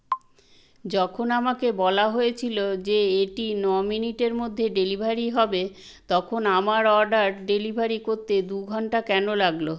যখন আমাকে বলা হয়েছিলো যে এটি ন মিনিটের মধ্যে ডেলিভারি হবে তখন আমার অর্ডার ডেলিভারি করতে দু ঘন্টা কেন লাগলো